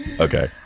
okay